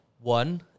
one